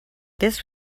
this